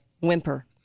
whimper